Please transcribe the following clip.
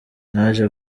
naje